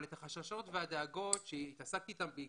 אבל אם החששות והדאגות שהתעסקתי אתם היו